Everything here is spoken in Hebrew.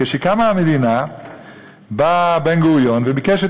כשקמה המדינה בא בן-גוריון וביקש את